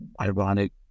ironic